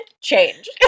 Change